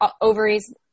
ovaries